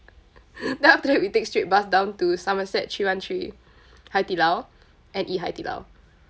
then after that we take straight bus down to somerset three one three hai di lao and eat hai di lao